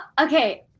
Okay